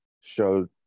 showed